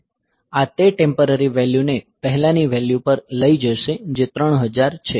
આ તે ટેમ્પરરી વેલ્યુને પહેલાની વેલ્યુ પર લઈ જશે જે 3000 છે